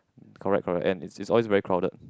correct correct and is is always very crowded